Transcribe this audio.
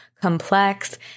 complex